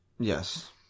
Yes